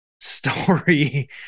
story